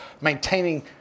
maintaining